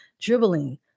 dribbling